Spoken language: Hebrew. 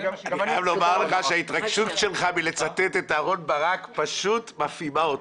אני חייב לומר לך שההתרגשות שלך מלצטט את אהרון ברק פשוט מפעימה אותי.